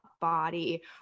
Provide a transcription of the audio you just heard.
body